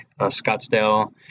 Scottsdale